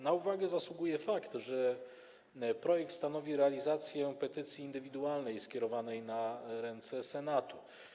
Na uwagę zasługuje fakt, że projekt stanowi realizację petycji indywidualnej skierowanej do Senatu.